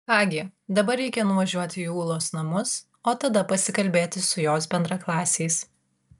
ką gi dabar reikia nuvažiuoti į ūlos namus o tada pasikalbėti su jos bendraklasiais